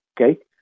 Okay